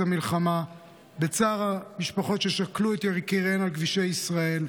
המלחמה ובצער המשפחות ששכלו את יקיריהן על כבישי ישראל,